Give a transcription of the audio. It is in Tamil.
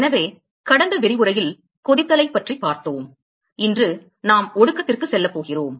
எனவே கடந்த விரிவுரையில் கொதித்தலைப் பார்த்தோம் இன்று நாம் ஒடுக்கத்திற்கு செல்லப் போகிறோம்